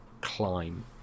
climb